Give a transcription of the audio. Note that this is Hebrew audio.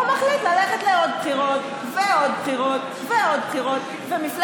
הוא מחליט ללכת לעוד בחירות ועוד בחירות ועוד בחירות,